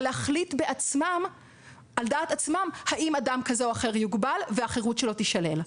אלא להחליט בעצמם האם אדם כזה או אחר יוגבל והחירות שלו תישלל.